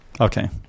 Okay